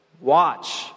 watch